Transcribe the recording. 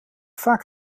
vaak